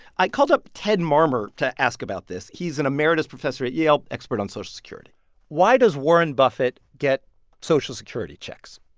i called up ted marmor to ask about this. he's an emeritus professor at yale, expert on social security why does warren buffett get social security checks?